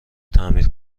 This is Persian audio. تعمیر